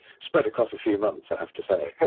spread across a few months, i have to say,